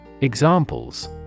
Examples